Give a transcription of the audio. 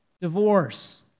Divorce